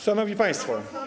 Szanowni państwo.